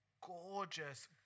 gorgeous